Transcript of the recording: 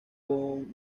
con